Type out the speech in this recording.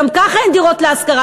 וגם ככה אין דירות להשכרה.